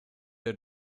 der